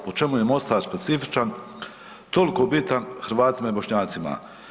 Po čemu je Mostar specifičan, tolko bitan Hrvatima i Bošnjacima?